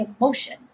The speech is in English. emotion